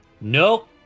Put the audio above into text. nope